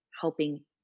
helping